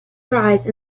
prize